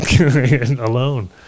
alone